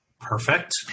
perfect